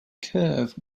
curve